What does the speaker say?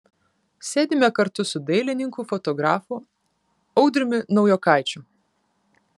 sėdime kartu su dailininku fotografu audriumi naujokaičiu